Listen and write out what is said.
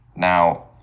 Now